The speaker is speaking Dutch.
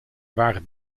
waren